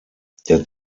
der